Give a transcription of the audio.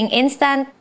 instant